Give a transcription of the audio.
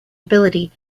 ability